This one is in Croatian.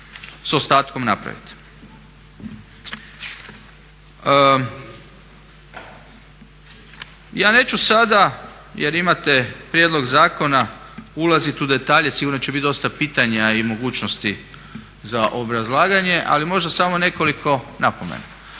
sa ostatkom napraviti. Ja neću sada jer imate prijedlog zakona ulazit u detalje, sigurno će bit dosta pitanja i mogućnosti za obrazlaganje. Ali možda samo nekoliko napomena.